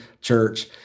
church